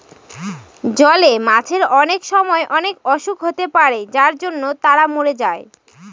জলে মাছের অনেক সময় অনেক অসুখ হতে পারে যার জন্য তারা মরে যায়